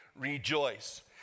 rejoice